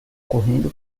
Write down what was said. correndo